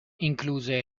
incluse